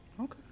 Okay